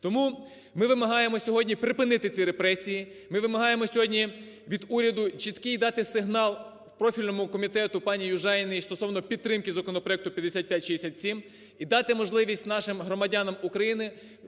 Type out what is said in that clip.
Тому ми вимагаємо сьогодні припинити ці репресії, ми вимагаємо сьогодні від уряду чіткий дати сигнал профільному комітету пані Южаніної стосовно підтримки законопроекту 5567 і дати можливість нашим громадянам України